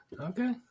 Okay